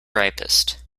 ripest